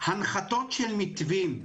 הנחתות של מתווים.